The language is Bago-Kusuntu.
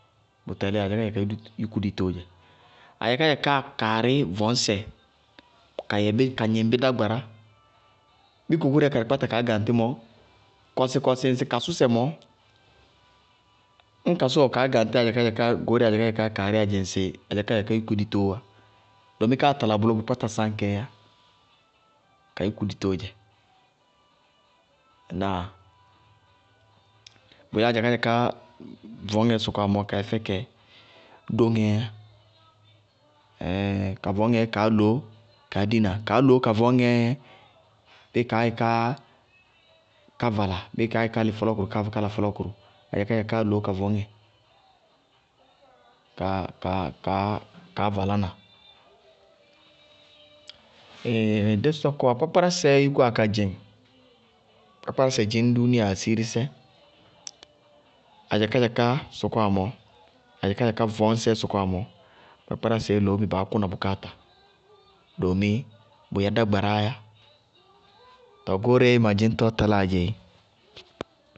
Bʋ tɛlíɩ adzakádzaká yúku ditoó dzɛ. Adzakádzakáá kaarí vɔñsɛ ka yɛ bí ka gnɩŋ bí dágbará, bíɩ kokóriyá karɩ kpáta kaá gaŋtí mɔ, kɔsɩkɔsɩ ñŋ sɩ kasʋsɛ mɔɔ, ñŋ kasʋwa wɛ kaá gaŋtí goóreé adzakádzakáá kasríyá dzɩŋ sɩ adzakádzaká yúku ditoó wá. Doomi káá tala bʋlɔ bʋʋ kpáta sáñ kɛɛ yá. Ka yúku ditoó dzɛ. Ŋnáa? Bʋ yelé adzakádzaká ka vɔñŋɛ sɔkɔwá mɔɔ, ka yɛ fɛkɛ dóŋɛɛyá ka vɔñŋɛɛ kaá loó kaá dina. Kaá loó ka vɔñŋɛɛ, bíɩ kaá gɛ ká vala, bíɩ kaá gɛ ká lɩ fɔlɔɔkʋrʋ ká la fɔlɔɔkʋrʋʋ, adzakádzakáá loó ka vɔñŋɛ kaá valá na. dí sɔkɔwá kpákpárásɛɛ yúkúwá ka dzɩŋ, kpákpárásɛ dzɩñ dúúnia asiirisɛ, adzakádzakáá sɔkɔwá mɔɔ, adzakádzaká vɔñsɛɛ sɔkɔwá mɔɔ, kpákpárásɛɛ loó bɩ baá kʋná bʋkááta. Doomi bʋyɛ dágbaráá yá. Tɔɔ goóreé ma dzɩñtɔɔ taláaá dzɛ éé.